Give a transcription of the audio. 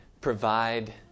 provide